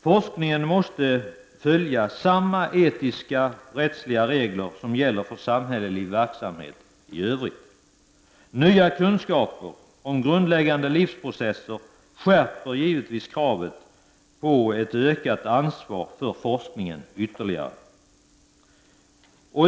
Forskningen måste följa samma etiska och rättsliga regler som gäller för samhällelig verksamhet i övrigt. Nya kunskaper om grundläggande livsprocesser skärper givetvis kraven på ett ytterligare ökat ansvar för forskningen.